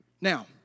Now